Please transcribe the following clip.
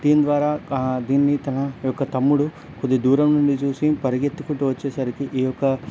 దీని ద్వారా దీన్ని తన యొక్క తమ్ముడు కొద్ది దూరం నుండి చూసి పరిగెత్తుకుంటూ వచ్చేసరికి ఈ యొక